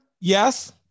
Yes